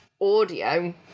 audio